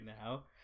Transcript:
now